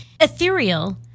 ethereal